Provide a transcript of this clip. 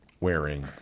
wearing